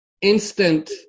instant